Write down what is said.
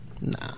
Nah